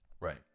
Right